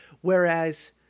Whereas